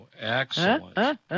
excellent